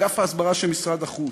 אגף ההסברה של משרד החוץ.